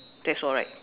that's all right